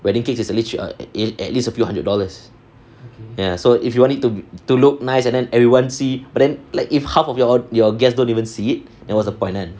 wedding cakes is at least at least a few hundred dollars ya so if you want it to to look nice and then everyone see but then like if half of your all your guests don't even see it then what's the point kan